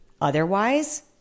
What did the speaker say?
Otherwise